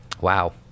Wow